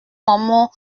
maman